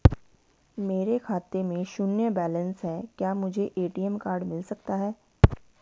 मेरे खाते में शून्य बैलेंस है क्या मुझे ए.टी.एम कार्ड मिल सकता है?